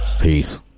Peace